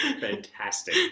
Fantastic